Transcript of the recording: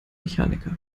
mechaniker